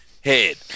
head